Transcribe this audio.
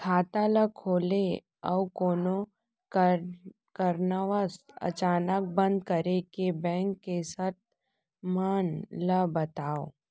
खाता ला खोले अऊ कोनो कारनवश अचानक बंद करे के, बैंक के शर्त मन ला बतावव